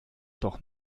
doch